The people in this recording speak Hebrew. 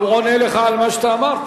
הוא עונה לך על מה שאתה אמרת.